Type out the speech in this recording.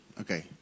Okay